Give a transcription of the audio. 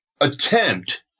attempt